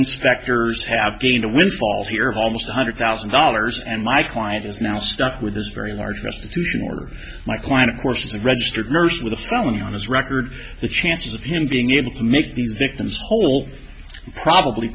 inspectors have given a windfall here of almost one hundred thousand dollars and my client is now stuck with his very large restitution for my point of course is a registered nurse with a felony on this record the chances of him being able to make these victims whole probably